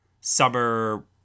summer